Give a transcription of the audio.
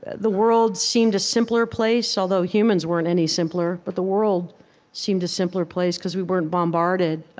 the world seemed a simpler place, although humans weren't any simpler. but the world seemed a simpler place because we weren't bombarded.